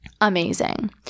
Amazing